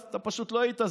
אתה פשוט לא היית,